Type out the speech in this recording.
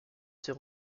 ses